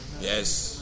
Yes